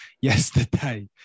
yesterday